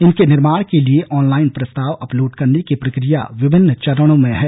इनके निर्माण के लिए ऑनलाइन प्रस्ताव अपलोड करने की प्रक्रिया विभिन्न चरणों में है